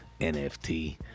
NFT